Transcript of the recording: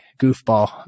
goofball